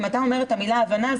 אם אתה אומר את המילה הבנה,